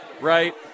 right